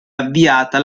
avviata